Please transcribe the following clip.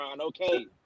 Okay